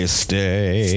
stay